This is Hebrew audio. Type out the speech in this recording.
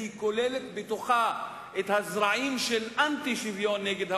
כי היא כוללת בתוכה את הזרעים של אנטי-שוויון כלפי